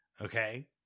Okay